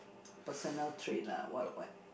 personal trait lah what what